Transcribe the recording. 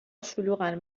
شلوغن